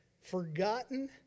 forgotten